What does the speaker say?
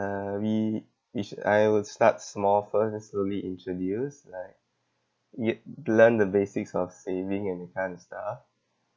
uh we we sh~ I would start small first then slowly introduce like yet learn the basics of saving and that kind of stuff